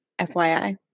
FYI